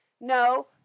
No